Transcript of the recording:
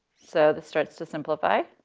so this starts to simplify